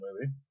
movie